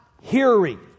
hearing